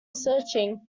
searching